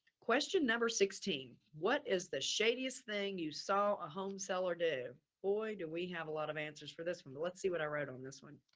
question number sixteen what is the shadiest thing you saw a home seller do or do we have a lot of answers for this from the, let's see what i wrote on this one.